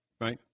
Right